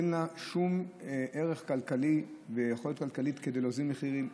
אין לה שום ערך כלכלי ויכולת כלכלית להוזיל מחירים,